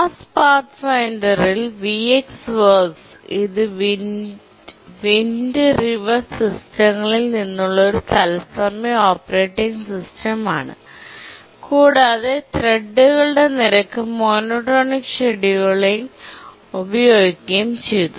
Mars പാത്ത്ഫൈൻഡറിൽ VxWorks ഇത് Wind River സിസ്റ്റങ്ങളിൽ നിന്നുള്ള ഒരു തത്സമയ ഓപ്പറേറ്റിംഗ് സിസ്റ്റമാണ് കൂടാതെ ത്രെഡുകളുടെ നിരക്ക് മോണോടോണിക് ഷെഡ്യൂളിംഗ് ഉപയോഗിക്കുകയും ചെയ്തു